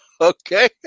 Okay